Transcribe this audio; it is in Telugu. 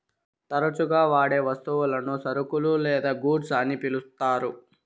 తరచుగా వాడే వస్తువులను సరుకులు లేదా గూడ్స్ అని పిలుత్తారు